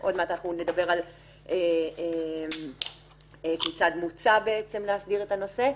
עוד מעט אנחנו נדבר על כיצד מוצע בעצם להסדיר את הנושא.